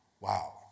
Wow